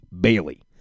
Bailey